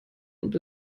und